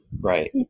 Right